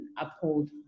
uphold